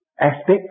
aspects